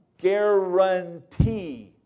guarantee